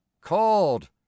called